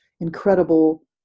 incredible